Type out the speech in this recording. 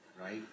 right